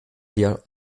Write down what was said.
dir